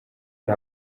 ari